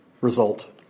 result